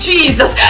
Jesus